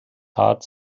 heart